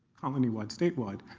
colony-wide, statewide,